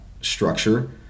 structure